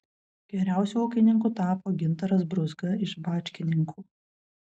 geriausiu ūkininku tapo gintaras brūzga iš bačkininkų